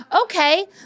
Okay